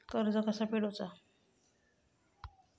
कर्ज कसा फेडुचा?